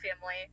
family